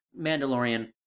Mandalorian